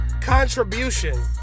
contribution